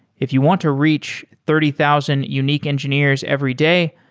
if you want to reach thirty thousand unique engineers every day,